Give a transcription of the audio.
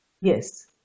Yes